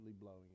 blowing